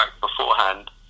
beforehand